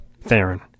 Theron